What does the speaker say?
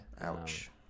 Ouch